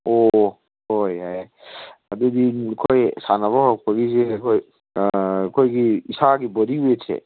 ꯑꯣ ꯑꯣ ꯍꯣꯏ ꯌꯥꯏ ꯌꯥꯏ ꯑꯗꯨꯗꯤ ꯑꯩꯈꯣꯏ ꯁꯥꯟꯅꯕ ꯍꯧꯔꯛꯄꯒꯤꯁꯦ ꯑꯩꯈꯣꯏ ꯑꯩꯈꯣꯏꯒꯤ ꯏꯁꯥꯒꯤ ꯕꯣꯗꯤ ꯋꯦꯠꯁꯦ